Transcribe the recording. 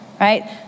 right